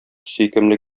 сөйкемле